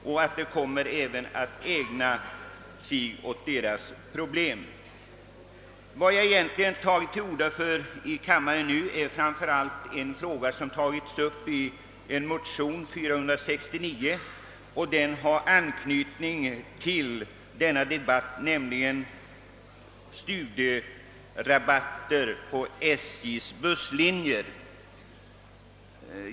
De vet att socialdemokraterna kommer att ägna sig åt pensionärernas problem. Jag tog till orda framför allt för att behandla en fråga, som har tagits upp i motion II: 469 och som har anknytning till denna debatt, nämligen frågan om studierabatter på SJ:s busslinjer.